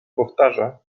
powtarza